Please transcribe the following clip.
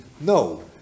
No